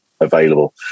available